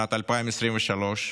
שנת 2023,